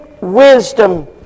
wisdom